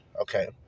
okay